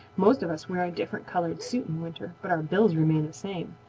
most of us wear a different colored suit in winter, but our bills remain the same.